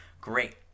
great